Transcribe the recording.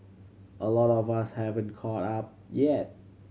a lot of us haven't caught up yet